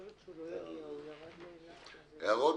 יש הערות?